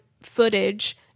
footage